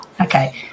Okay